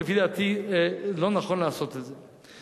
כי לפי דעתי לא נכון לעשות את זה.